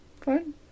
Fine